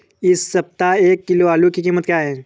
इस सप्ताह एक किलो आलू की कीमत क्या है?